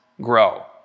grow